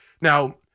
Now